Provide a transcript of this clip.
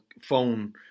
phone